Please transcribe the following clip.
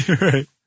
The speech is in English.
right